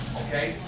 okay